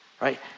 Right